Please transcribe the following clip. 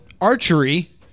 archery